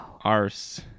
arse